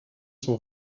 sont